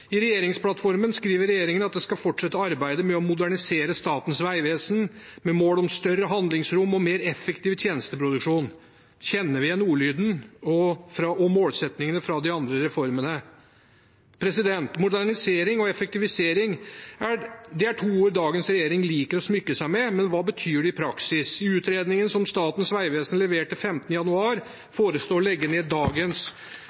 I regjeringsplattformen skriver regjeringen at den skal fortsette arbeidet med å modernisere Statens vegvesen, med mål om større handlingsrom og mer effektiv tjenesteproduksjon. Kjenner vi igjen ordlyden og målsettingene fra de andre reformene? Modernisering og effektivisering er to ord dagens regjering liker å smykke seg med, men hva betyr det i praksis? I utredningen som Statens vegvesen leverte 15. januar,